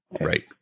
Right